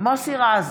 מוסי רז,